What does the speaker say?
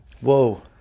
Whoa